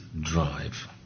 drive